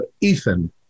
Ethan